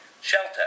Shelter